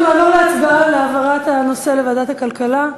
אנחנו נעבור להצבעה על העברת הנושא לוועדת הכלכלה.